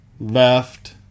left